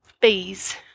bees